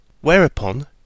whereupon